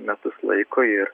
metus laiko ir